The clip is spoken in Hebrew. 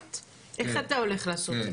איך אתה הולך לעשות את זה?